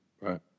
Right